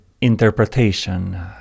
interpretation